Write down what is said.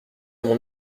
mon